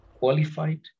qualified